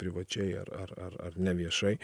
privačiai ar ar ar ar neviešai